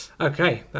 Okay